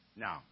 Now